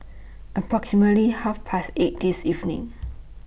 approximately Half Past eight This evening